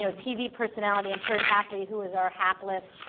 so tv personality, and perd hapley who is our hapless